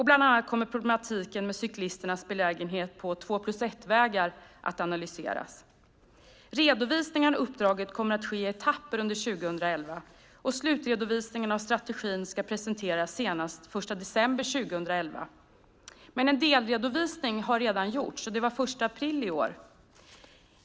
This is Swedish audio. Bland annat kommer problematiken med cyklisternas belägenhet på två-plus-ett-vägar att analyseras. Redovisningen av uppdraget kommer att ske i etapper under 2011, och slutredovisning av strategin ska presenteras senast den 1 december 2011. En delredovisning har redan gjorts, den 1 april i år.